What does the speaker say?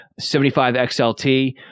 75XLT